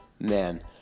man